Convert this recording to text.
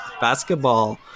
basketball